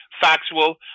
factual